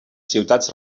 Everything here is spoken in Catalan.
ciutats